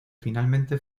finalmente